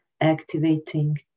Activating